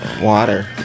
Water